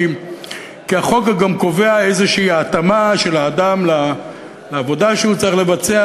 כי החוק גם קובע התאמה כלשהי של האדם לעבודה שהוא צריך לבצע,